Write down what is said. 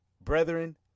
brethren